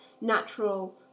natural